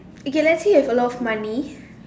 you can actually have a lot of money